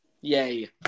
Yay